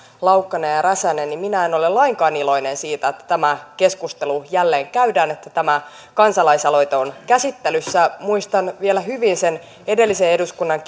laukkanen ja ja räsänen minä en ole lainkaan iloinen siitä että tämä keskustelu jälleen käydään että tämä kansalaisaloite on käsittelyssä muistan vielä hyvin sen edellisen eduskunnan